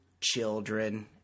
children